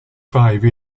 five